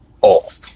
off